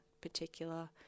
particular